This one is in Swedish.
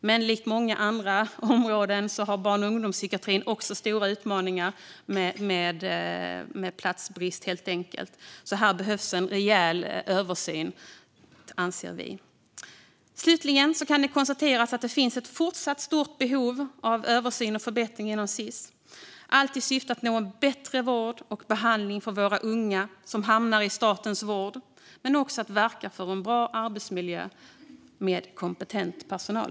Men likt många andra områden har barn och ungdomspsykiatrin också stora utmaningar med platsbrist. Här behövs alltså en rejäl översyn, anser vi. Slutligen kan det konstateras att det finns ett fortsatt stort behov av översyn och förbättring inom Sis, allt i syfte att nå en bättre vård och behandling för våra unga som hamnar i statens vård men också för att verka för en bra arbetsmiljö med kompetent personal.